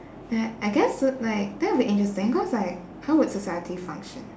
uh I guess so like that would be interesting cause like how would society function